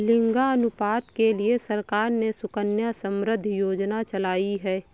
लिंगानुपात के लिए सरकार ने सुकन्या समृद्धि योजना चलाई है